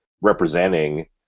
representing